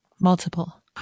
multiple